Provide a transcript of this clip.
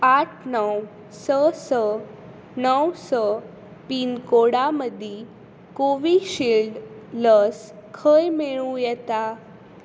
आठ णव स स णव स पिनकोडा मदीं कोविशिल्ड लस खंय मेळूं येता